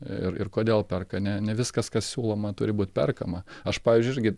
ir ir kodėl perka ne ne viskas kas siūloma turi būt perkama aš pavyzdžiui irgi